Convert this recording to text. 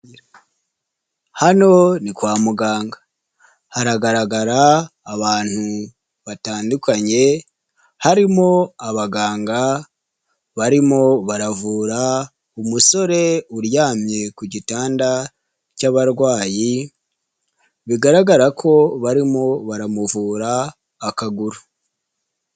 Hano ni kwa muganga haragaragara abantu batandukanye harimo abaganga barimo baravura umusore uryamye ku gitanda cy'abarwayi, bigaragara ko barimo baramuvura akaguru.